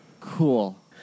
Cool